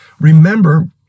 Remember